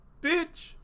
bitch